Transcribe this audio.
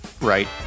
right